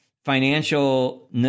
financial